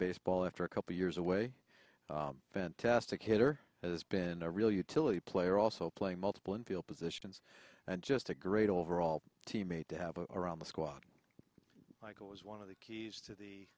baseball after a couple years away fantastic hitter has been a real utility player also play multiple infield positions and just a great overall teammate to have a around the squad michael was one of the keys to the